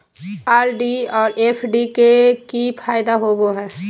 RD और FD के की फायदा होबो हइ?